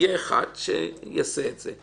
אחד שיעשה את זה.